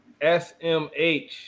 smh